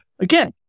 again